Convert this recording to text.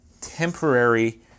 temporary